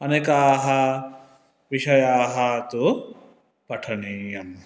अनेकाः विषयाः तु पठनीयाः